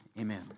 amen